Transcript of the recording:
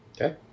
Okay